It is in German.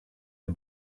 der